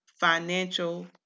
financial